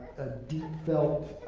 deep-felt,